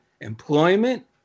employment